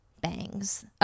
bangs